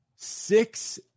six